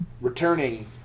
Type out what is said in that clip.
returning